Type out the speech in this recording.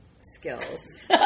skills